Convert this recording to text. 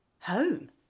home